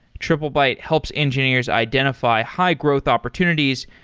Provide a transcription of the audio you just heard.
triplebyte helps engineers identify high-growth opportunities,